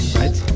right